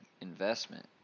investment